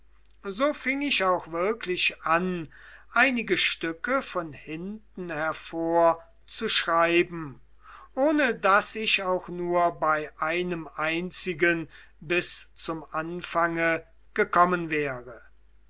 so fing ich auch wirklich an einige stücke von hinten hervor zu schreiben ohne daß ich auch nur bei einem einzigen bis zum anfange gekommen wäre